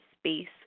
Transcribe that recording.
space